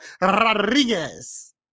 Rodriguez